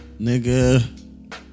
Nigga